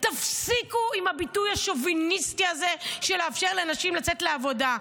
תפסיקו עם הביטוי השוביניסטי הזה של לאפשר לנשים לצאת לעבודה.